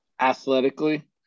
athletically